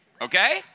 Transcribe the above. Okay